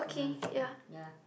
ah okay yeah